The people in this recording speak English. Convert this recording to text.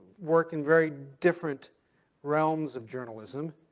work in very different realms of journalism,